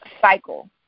cycle